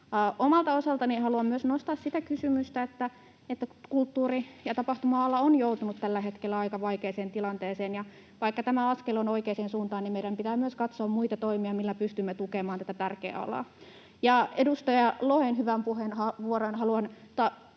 Omalta osaltani haluan myös nostaa sitä kysymystä, että kulttuuri- ja tapahtuma-ala on joutunut tällä hetkellä aika vaikeaan tilanteeseen. Vaikka tämä askel on oikea siihen suuntaan, meidän pitää myös katsoa muita toimia, millä pystymme tukemaan tätä tärkeää alaa. Edustaja Lohen hyvään puheenvuoroon